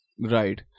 Right